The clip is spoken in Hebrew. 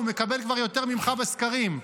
הוא מקבל כבר יותר ממך בסקרים.